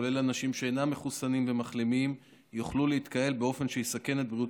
גם אנשים שאינם מחוסנים ומחלימים יוכלו להתקהל באופן שיסכן את בריאות